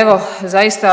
Evo zaista